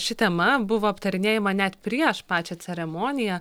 ši tema buvo aptarinėjama net prieš pačią ceremoniją